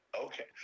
Okay